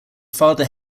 father